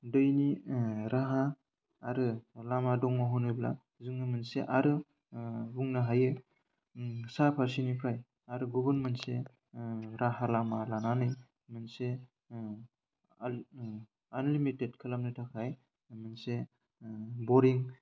दैनि राहा आरो लामा दङ होनोब्ला जोङो मोनसे आरो बुंनो हायो सा फारसेनिफ्राय आरो गुबुन मोनसे राहा लामा लानानै मोनसे आल आनलिमिटेट खालामनो थाखाय मोनसे बरिं